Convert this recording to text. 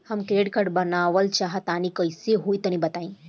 हम credit card बनवावल चाह तनि कइसे होई तनि बताई?